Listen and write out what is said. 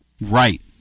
Right